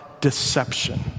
deception